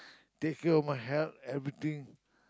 take care of my health everything